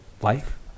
life